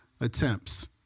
attempts